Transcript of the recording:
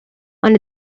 only